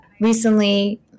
Recently